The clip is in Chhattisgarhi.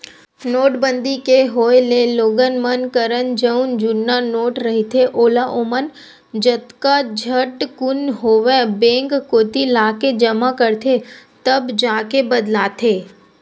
नोटबंदी के होय ले लोगन मन करन जउन जुन्ना नोट रहिथे ओला ओमन जतका झटकुन होवय बेंक कोती लाके जमा करथे तब जाके बदलाथे